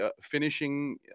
finishing